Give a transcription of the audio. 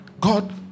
God